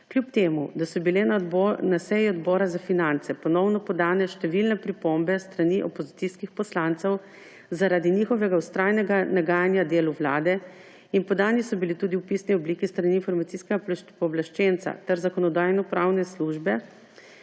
Kljub temu da so bile na seji Odbora za finance ponovno podane številne pripombe s strani opozicijskih poslancev zaradi njihovega vztrajnega nagajanja delu Vlade, in podani so bili tudi v pisni obliki s strani Informacijskega pooblaščenca ter Zakonodajno-pravne službe,